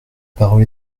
parole